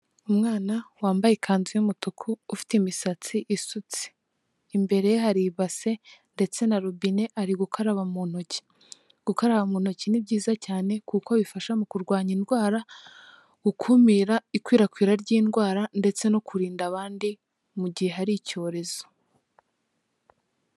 Umwana wambaye ikanzu y'umutuku ufite imisatsi isutse, imbere hari ibase ndetse na rubine, ari gukaraba mu ntoki, gukaraba mu ntoki ni byiza cyane kuko bifasha mu kurwanya indwara, gukumira ikwirakwira ry'indwara ndetse no kurinda abandi mu gihe hari icyorezo.